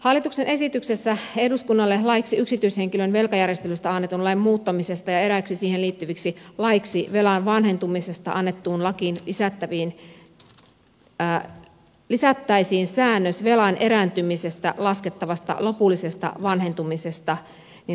hallituksen esityksessä eduskunnalle laiksi yksityishenkilön velkajärjestelystä annetun lain muuttamisesta ja eräiksi siihen liittyviksi laeiksi velan vanhentumisesta annettuun lakiin lisättäisiin säännös velan erääntymisestä laskettavasta lopullisesta vanhentumisesta niin sanottu vanhentumislaki